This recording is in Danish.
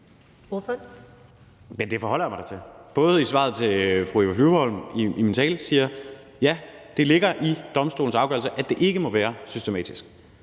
Det forholder jeg mig da til, både i svaret til fru Eva Flyvholm og i min tale, hvor jeg siger: Ja, det ligger i domstolens afgørelse, at det ikke må være systematisk.